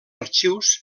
arxius